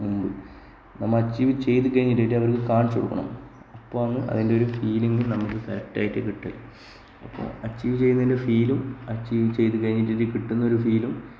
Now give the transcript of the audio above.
നമ്മൾ അച്ചീവ് ചെയ്തുകഴിഞ്ഞിട്ട് അവർക്ക് കാണിച്ചുകൊടുക്കണം അപ്പോൾ ആന്ന് അതിന്റൊരു ഫീലിംഗ് നമുക്ക് സെറ്റായിട്ട് കിട്ടുക അപ്പോൾ അച്ചീവ് ചെയ്യുന്നതിൻറെ ഫീലും അച്ചീവ് ചെയ്തുകഴിഞ്ഞിട്ടൊരു കിട്ടുന്നൊരു ഫീലും